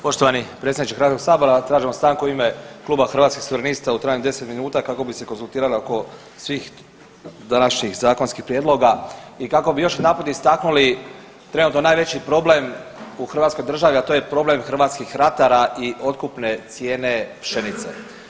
Poštovani predsjedniče Hrvatskog sabora tražimo stanku u ime kluba Hrvatskih suverenista u trajanju od 10 minuta kako bi se konzultirali oko svih današnjih zakonskih prijedloga i kako bi još jedanput istaknuli trenutno najveći problem u Hrvatskoj državi, a to je problem hrvatskih ratara i otkupne cijene pšenice.